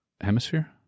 Hemisphere